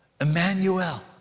Emmanuel